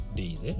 days